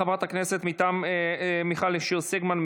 חברת הכנסת מיכל שיר סגמן,